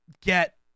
get